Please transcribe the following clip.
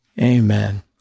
Amen